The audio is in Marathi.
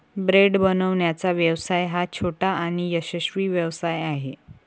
ब्रेड बनवण्याचा व्यवसाय हा छोटा आणि यशस्वी व्यवसाय आहे